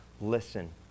Listen